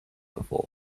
before